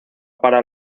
para